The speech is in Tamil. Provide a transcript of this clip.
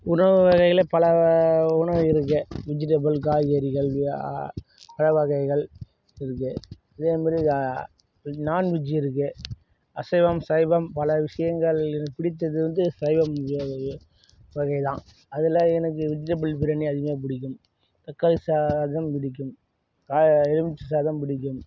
உணவு வகையில் பல உணவு இருக்குது விஜிடபுள் காய்கறிகள் பழவகைகள் இருக்குது இதேமாதிரி நான்வெஜ்ஜு இருக்குது அசைவம் சைவம் பல விஷயங்கள் எனக்கு பிடித்தது வந்து சைவம் வகை தான் அதில் எனக்கு விஜிடபுள் பிரியாணி அதிகமாக பிடிக்கும் தக்காளி சாதம் பிடிக்கும் காய் எலுமிச்சை சாதம் பிடிக்கும்